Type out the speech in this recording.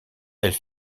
elle